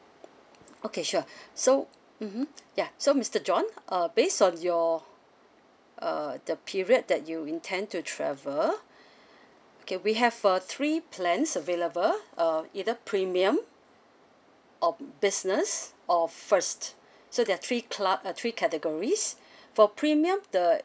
okay sure so mmhmm ya so mister john uh based on your uh the period that you intend to travel okay we have for three plans available um either premium or business or first so there three club ah three categories for premium the